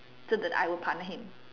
so that I will partner him